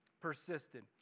persisted